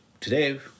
today